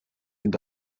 and